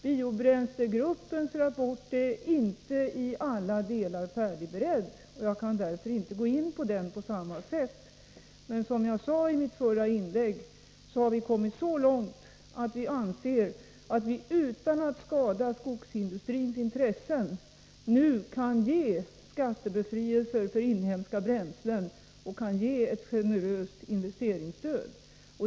Biobränslegruppens rapport är inte i alla delar färdigberedd och jag kan inte gå in på den, men som jag sade i mitt förra inlägg har vi kommit så långt att vi anser att vi utan att skada skogsindustrins intressen nu kan ge skattebefrielse för inhemska bränslen och generöst investeringsstöd.